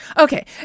Okay